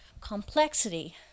complexity